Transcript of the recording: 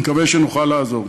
נקווה שנוכל לעזור.